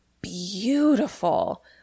beautiful